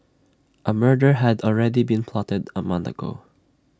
A murder had already been plotted A month ago